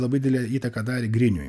labai didelę įtaką darė griniui